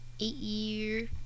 eight-year